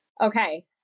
Okay